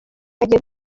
agiye